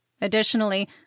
Additionally